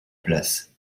place